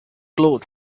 glowed